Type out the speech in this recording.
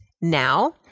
now